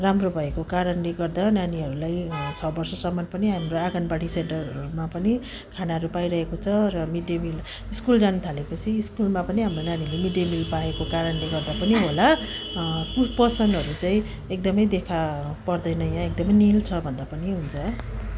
राम्रो भएको कारणले गर्दा नानीहरूलाई छ वर्षसम्म पनि हाम्रो आँगनबाडी सेन्टरहरूमा पनि खानाहरू पाइरहेको छ र मिडडे मिल स्कुल जान थालेपछि स्कुलमा पनि हाम्रो नानीहरूले मिडडे मिल पाएको कारणले गर्दा पनि होला कुपोषणहरू चाहिँ एकदमै देखापर्दैन यहाँ एकदमै निल छ भन्दा पनि हुन्छ